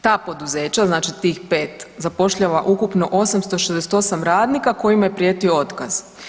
Ta poduzeća, znači tih pet zapošljava ukupno 868 radnika kojima je prijetio otkaz.